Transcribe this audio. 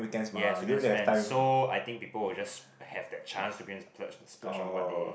yes we gonna spend so I think people will just have that chance to go and spurge spurge on what they